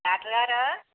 doctor గారూ